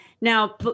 Now